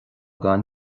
gan